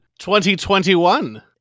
2021